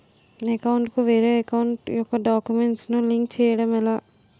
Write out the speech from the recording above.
నా అకౌంట్ కు వేరే అకౌంట్ ఒక గడాక్యుమెంట్స్ ను లింక్ చేయడం ఎలా?